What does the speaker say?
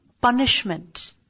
punishment